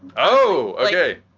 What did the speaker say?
oh, okay.